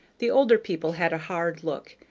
the older people had a hard look,